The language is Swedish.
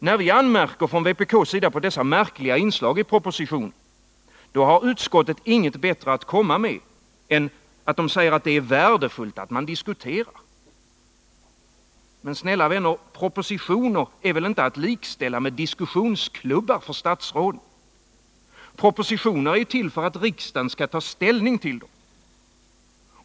När vi från vpk:s sida anmärker på detta märkliga inslag i propositionen har utskottet inget bättre att komma med än att säga att det är värdefullt att man diskuterar. Men, snälla vänner, propositioner är väl inte att likställa med diskussionsklubbar för statsråden. Propositioner är till för att riksdagen skall ta ställning till dem.